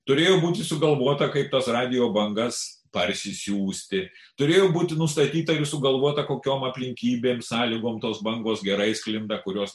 turėjo būti sugalvota kaip tas radijo bangas parsisiųsti turėjo būti nustatyta ir sugalvota kokiom aplinkybėm sąlygom tos bangos gerai sklinda kurios